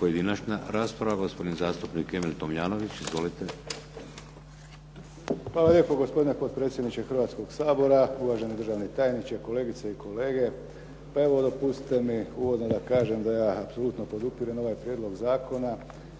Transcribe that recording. Pojedinačna rasprava, gospodin zastupnik Emil Tomljanović. Izvolite. **Tomljanović, Emil (HDZ)** Hvala lijepo gospodine potpredsjedniče Hrvatskog sabora. Uvaženi državni tajniče, kolegice i kolege. Pa evo dopustite mi uvodno da kažem da ja apsloutno podupirem ovaj prijedlog zakona.